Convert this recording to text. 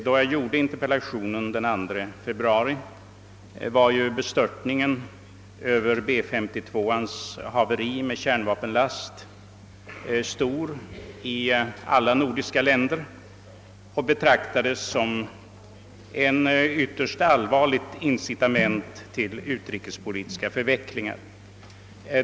Då jag framställde interpellationen den 2 februari var bestörtningen över den amerikanska B-52-ans haveri med kärnvapenlast stor i alla nordiska länder och betraktades som ett ytterst allvarligt incitament till utrikespolitiska förvecklingar.